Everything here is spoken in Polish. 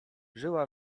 żyła